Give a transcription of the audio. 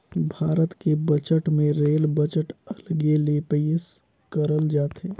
भारत के बजट मे rail budget अलगे ले पेस करल जाथे